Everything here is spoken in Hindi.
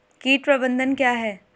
कीट प्रबंधन क्या है?